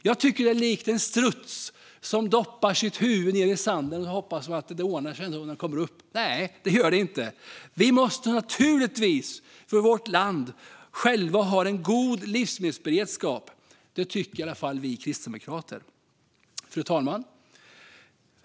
Det är likt en struts som stoppar sitt huvud i sanden och hoppas att det ordnar sig när den kommer upp. Nej, det gör det inte. Vi måste naturligtvis i vårt land ha en god livsmedelsberedskap. Det tycker i alla fall vi kristdemokrater. Fru talman!